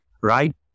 right